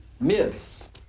myths